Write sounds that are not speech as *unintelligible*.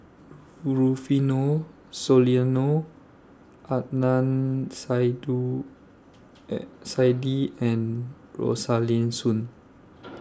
Rufino Soliano Adnan *unintelligible* *hesitation* Saidi and Rosaline Soon